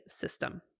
system